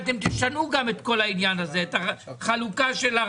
אמרת שאתם עושים חלוקה דיפרנציאלית